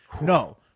no